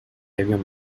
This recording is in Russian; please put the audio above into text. объем